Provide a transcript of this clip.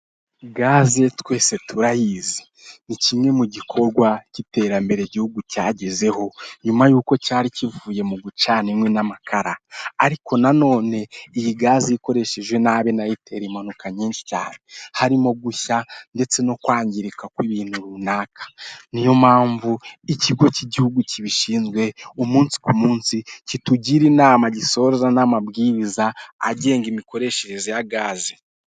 Gaze twese turayizi ni kimwe mu gikorwa cy'iterambere igihugu cyagezeho nyuma y'uko cyari kivuye mu gucana inkwi n'amakara, ariko nanone iyi gaze iyo uyikoresheje nabi nayo itera impanuka nyinshi harimo gushya ndetse no kwangirika kw'ibintu runaka, n'iyo mpamvu ikigo cy'igihugu kibishinzwe umunsi ku munsi kitugira inama gisoreza n'amabwiriza agenga imikoreshereze ya gaze.